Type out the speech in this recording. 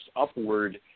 upward